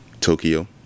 Tokyo